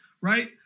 right